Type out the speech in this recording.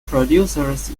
producers